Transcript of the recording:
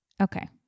Okay